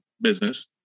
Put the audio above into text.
business